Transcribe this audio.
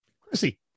Chrissy